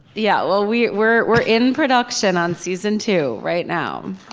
yeah well we were were in production on season two right now.